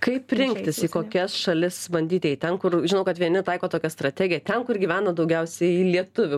kaip rinktis į kokias šalis bandyt eit ten kur žinau kad vieni taiko tokią strategiją ten kur gyvena daugiausiai lietuvių